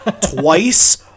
twice